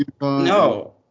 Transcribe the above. No